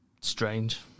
Strange